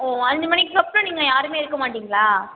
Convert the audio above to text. ஓ அஞ்சு மணிக்கு அப்றம் நீங்கள் யாருமே இருக்க மாட்டிங்களா